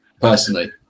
Personally